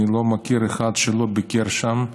אני לא מכיר אחד שלא ביקר שם,